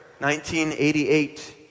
1988